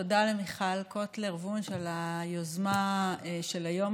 תודה למיכל וונש קוטלר על היוזמה של היום